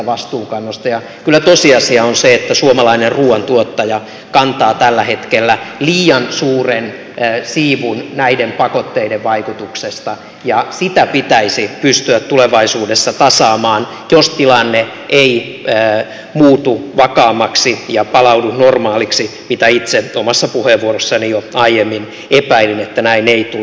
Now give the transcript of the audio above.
ja kyllä tosiasia on se että suomalainen ruuantuottaja kantaa tällä hetkellä liian suuren siivun näiden pakotteiden vaikutuksesta ja sitä pitäisi pystyä tulevaisuudessa tasaamaan jos tilanne ei muutu vakaammaksi ja palaudu normaaliksi mitä itse omassa puheenvuorossani jo aiemmin epäilin että näin ei tule käymään